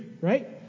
Right